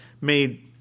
made